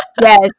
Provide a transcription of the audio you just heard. Yes